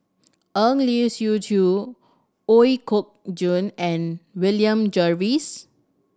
Eng Lee Seok Chee Ooi Kok Chuen and William Jervois